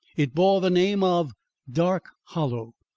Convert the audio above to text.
it bore the name of dark hollow,